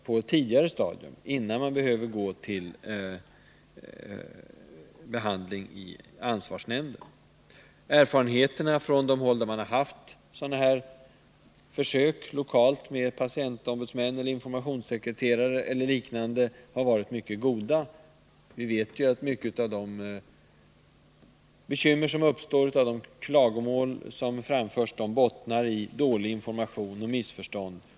Det gör att man kanske inte behöver gå vidare till ansvarsnämnden. Samhällets tillsyn Erfarenheterna på de håll där man har haft försök med lokala patientom = över hälsooch budsmän, informationssekreterare eller liknande har varit mycket goda. Vi sjukvårdspersovet att många av de bekymmer som uppstår och de klagomål som framförs — nalen m.fl. bottnar i dålig information och missförstånd.